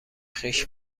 خویش